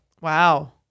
Wow